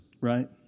right